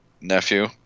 nephew